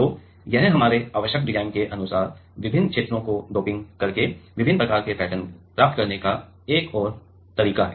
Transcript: तो यह हमारे आवश्यक डिजाइन के अनुसार विभिन्न क्षेत्रों को डोपिंग करके विभिन्न प्रकार के पैटर्न प्राप्त करने का एक और तरीका है